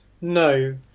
no